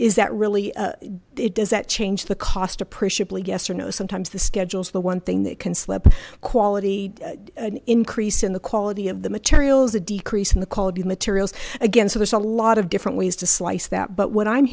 is that really does that change the cost appreciably yes or no sometimes the schedule is the one thing that can slip quality an increase in the quality of the material is a decrease in the quality of materials again so there's a lot of different ways to slice that but what i'm